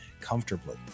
comfortably